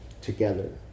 Together